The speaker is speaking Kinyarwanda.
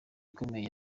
ikomeye